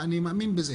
ואני מאמין בזה,